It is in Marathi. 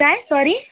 काय सॉरी